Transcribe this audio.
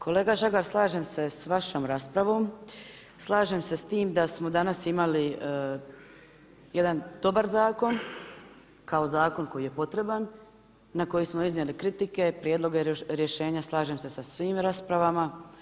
Kolega Žagar, slažem s vašem raspravom, slažem se s time da smo danas imali jedan dobar zakon kao zakon koji je potreban, na koji smo iznijeli kritike, prijedloge, rješenja, slažem se sa svim raspravama.